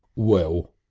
well,